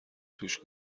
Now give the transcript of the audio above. توش